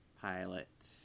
pilot